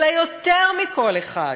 אלא יותר מכל אחד: